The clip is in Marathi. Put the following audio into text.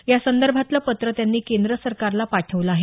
यासंदर्भातलं पत्र त्यांनी केंद्र सरकारला पाठवलं आहे